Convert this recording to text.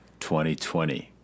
2020